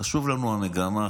חשובה לנו המגמה,